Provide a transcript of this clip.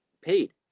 paid